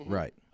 right